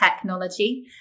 technology